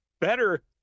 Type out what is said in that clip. better